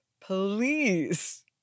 please